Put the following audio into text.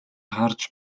харж